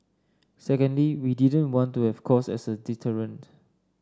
secondly we didn't want to have cost as a deterrent